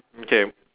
mm K